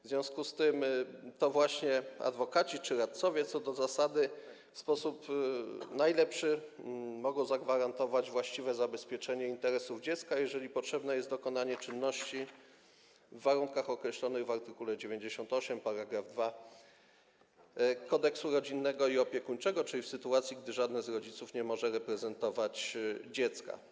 W związku z tym to właśnie adwokaci czy radcowie co do zasady w sposób najlepszy mogą zagwarantować właściwe zabezpieczenie interesów dziecka, jeżeli potrzebne jest dokonanie czynności w warunkach określonych w art. 98 § 2 Kodeksu rodzinnego i opiekuńczego, czyli w sytuacji gdy żadne z rodziców nie może reprezentować dziecka.